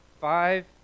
five